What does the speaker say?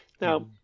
Now